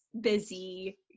busy